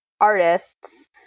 artists